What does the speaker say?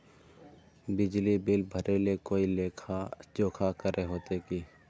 बिजली बिल भरे ले कोई लेखा जोखा करे होते की?